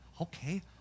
okay